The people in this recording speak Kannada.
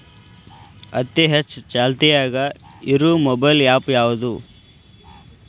ಅತಿ ಹೆಚ್ಚ ಚಾಲ್ತಿಯಾಗ ಇರು ಮೊಬೈಲ್ ಆ್ಯಪ್ ಯಾವುದು?